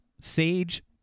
Sage